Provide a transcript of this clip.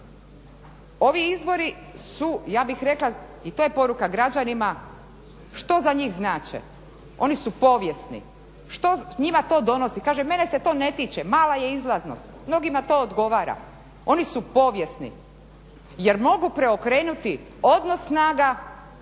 ovi izbori su ja bih rekla i to je poruka građanima što za njih znače. Oni su povijesni. Što njima to donosi? Kaže mene se to ne tiče, mala je izlaznost, mnogima to odgovara. Oni su povijesni jer mogu preokrenuti odnos snaga